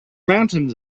mountains